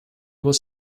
was